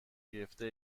گرفته